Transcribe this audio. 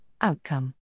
outcome